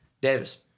Davis